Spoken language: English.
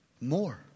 More